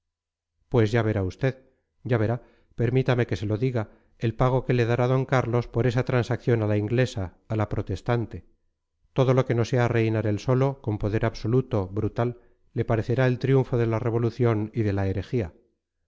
pues ya verá usted ya verá permítame que se lo diga el pago que le dará d carlos por esa transacción a la inglesa a la protestante todo lo que no sea reinar él solo con poder absoluto brutal le parecerá el triunfo de la revolución y de la